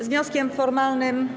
Z wnioskiem formalnym.